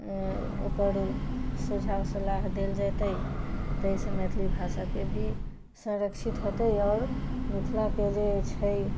ओकर सुझाव सलाह देल जेतै ताहिसँ मैथिली भाषाके भी संरक्षित हेतै आओर मिथिलाके जे छै